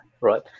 right